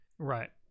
right